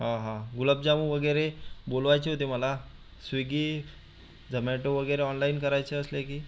हां हां गुलाब जामून वगैरे बोलवायचे होते मला स्विगी झमॅटो वगैरे ऑनलाईन करायचे असले की